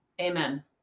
amen